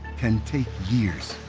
can take years.